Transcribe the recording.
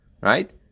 right